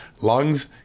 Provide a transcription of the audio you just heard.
lungs